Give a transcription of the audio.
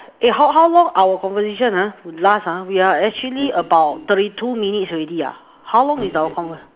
eh how how long our conversation ah we last ah we are actually about thirty two minutes ah how long is our convo~